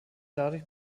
dadurch